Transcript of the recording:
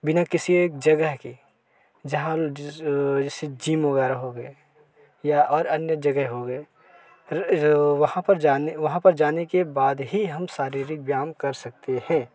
बिना किसी एक जगह के जहाँ जैसे जीम वगैरह हो गए या और अन्य जगह हो गए रे र वहाँ पर जाने वहाँ पर जाने के बाद ही हम शारीरिक व्यायाम कर सकते हें